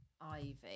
Ivy